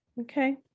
okay